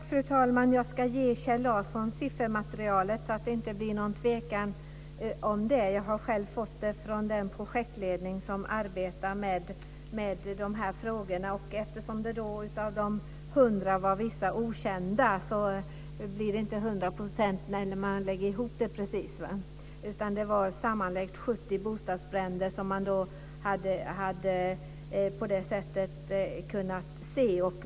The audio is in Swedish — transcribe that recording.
Fru talman! Jag ska ge Kjell Larsson siffermaterialet, så att det inte blir någon tvekan om det. Jag har själv fått det från den projektledning som arbetar med de här frågorna. Eftersom det av de 100 var vissa okända så blir det inte precis 100 % när man lägger ihop det hela. Sammanlagt var det 70 bostadsbränder som man på det här sättet hade kunnat se.